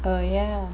ah ya